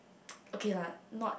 okay lah not